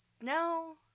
No